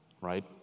right